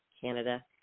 Canada